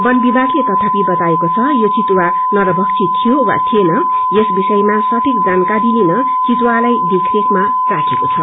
वन विभागले तथापि बताएको छ यो चितुवा नरभक्षी थियो वा थिएन यस अवषयामासठीक जानकारी लिन चितुवालाई देखरेखामा राखेको छ